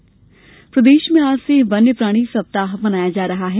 वन्य प्राणी सप्ताह प्रदेश में आज से वन्य प्राणी सप्ताह मनाया जा रहा है